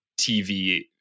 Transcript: TV